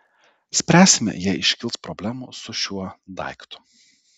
spręsime jei iškils problemų su šiuo daiktu